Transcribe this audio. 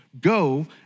Go